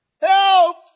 Help